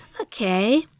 Okay